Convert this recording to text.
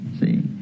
see